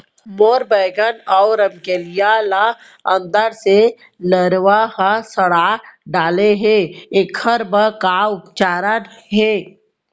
मोर बैगन अऊ रमकेरिया ल अंदर से लरवा ह सड़ा डाले हे, एखर बर का उपचार हे?